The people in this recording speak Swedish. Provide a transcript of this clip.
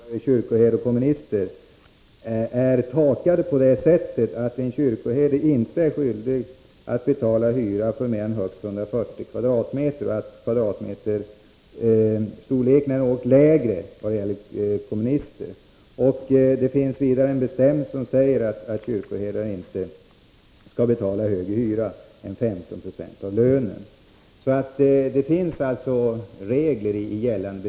Herr talman! Vad beträffar den ekonomiska sidan har jag påtalat att det pågår förhandlingar. Jag vill också säga till herr Jonasson att det finns regler. Kostnaderna för kyrkoherde och komminister är ”takade” på det sättet att en kyrkoherde inte är skyldig att betala hyra för mer än högst 140 m? — och storleken i kvadratmeter är något lägre om det är fråga om komminister. Det finns vidare en bestämmelse som säger att en kyrkoherde inte skall betala högre hyra än 15 96 av lönen. Det finns alltså regler om detta.